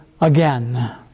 again